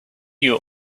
you